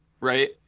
right